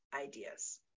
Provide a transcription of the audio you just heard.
ideas